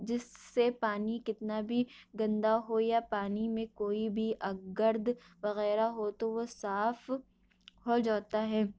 جس سے پانی کتنا بھی گندا ہو یا پانی میں کوئی بھی گرد وغیرہ ہو تو وہ صاف ہو جاتا ہے